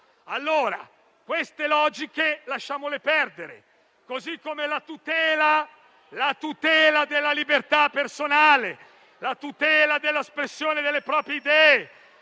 verità! Queste logiche lasciamole perdere, così come la tutela della libertà personale, la tutela dell'espressione delle proprie idee,